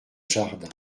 jardin